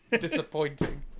Disappointing